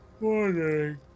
Morning